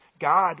God